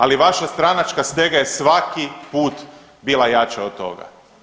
Ali vaša stranačka stega je svaki put bila jača od toga.